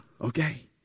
okay